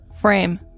Frame